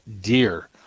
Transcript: deer